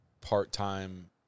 part-time